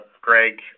Greg